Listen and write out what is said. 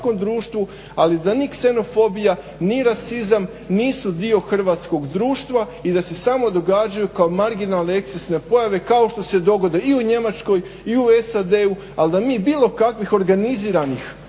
dali da ni ksenofobija ni rasizam nisu dio hrvatskog društva i da se samo događaju kao marginalne ekscesne pojave kao što se dogode i u Njemačkoj i u SAD ali da mi bilo kakvih organiziranih